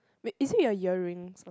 wait it is your earring